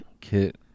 Kit